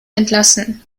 entlassen